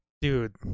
Dude